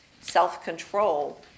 self-control